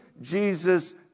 Jesus